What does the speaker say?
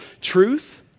truth